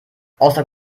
außer